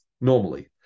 normally